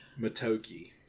Matoki